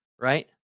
right